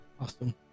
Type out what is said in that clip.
awesome